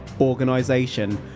Organization